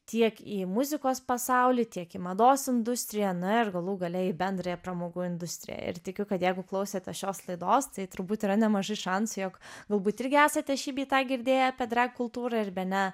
tiek į muzikos pasaulį tiek į mados industriją na ir galų gale į bendrąją pramogų industriją ir tikiu kad jeigu klausėtės šios laidos tai turbūt yra nemažai šansų jog galbūt irgi esate šį bei tą girdėję apie drag kultūrą ir bene